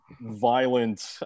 violent